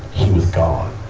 he was gone.